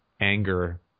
anger